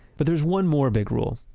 but there's one more big rule,